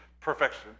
perfection